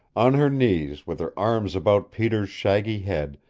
on her knees, with her arms about peter's shaggy head,